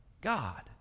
God